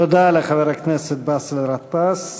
תודה לחבר הכנסת באסל גטאס.